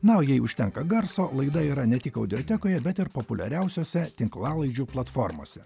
na o jei užtenka garso laida yra ne tik audiotekoje bet ir populiariausiose tinklalaidžių platformose